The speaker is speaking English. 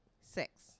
six